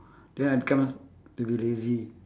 then I become l~ lazy